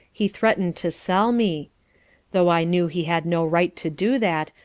he threatened to sell me though i knew he had no right to do that,